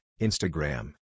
Instagram